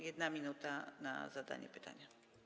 1 minuta na zadanie pytania.